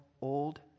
old